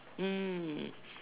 mm